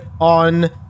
on